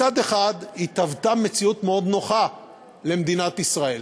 מצד אחד התהוותה מציאות מאוד נוחה למדינת ישראל,